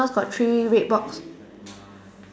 got three red box